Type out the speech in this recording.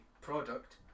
product